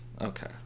Okay